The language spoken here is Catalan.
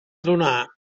donar